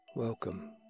Welcome